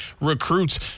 recruits